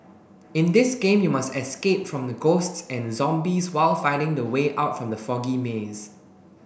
in this game you must escape from the ghosts and the zombies while finding the way out from the foggy maze